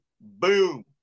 boom